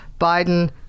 Biden